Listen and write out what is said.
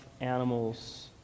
animals